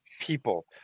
people